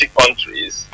countries